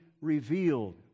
revealed